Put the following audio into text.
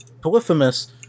Polyphemus